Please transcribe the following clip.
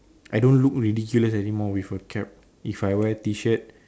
I don't look ridiculous anymore with a cap if i wear t shirt